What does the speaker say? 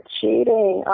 Cheating